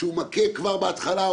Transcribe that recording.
שהוא מכה כבר בהתחלה,